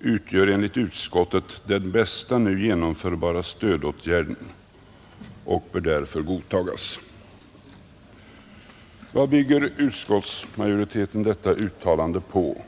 utgör enligt utskottet den bästa nu genomförbara stödåtgärden och bör därför godtas.” Vad bygger utskottsmajoriteten detta uttalande på?